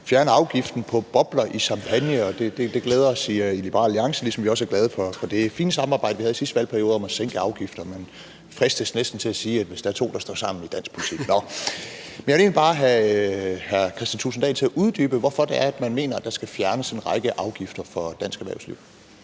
fjerne afgiften på bobler i champagne. Og det glæder os i Liberal Alliance, ligesom vi også er glade for det fine samarbejde, vi havde i sidste valgperiode om at sænke afgifterne. Man fristes næsten til sige, at hvis der er to, der står sammen i dansk politik, så er det ... Nå, men jeg vil egentlig bare gerne have Kristian Thulesen Dahl til at uddybe, hvorfor det er, at man mener, at der skal fjernes en række afgifter for dansk erhvervsliv.